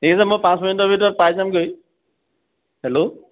ঠিক আছে মই পাঁচ মিনিটৰ ভিতৰত পাই যামগৈ হেল্ল'